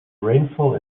rainfall